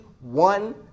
one